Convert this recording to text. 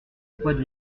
poids